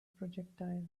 projectile